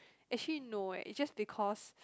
actually no eh it's just because